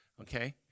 Okay